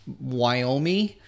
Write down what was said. Wyoming